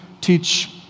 teach